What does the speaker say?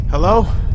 Hello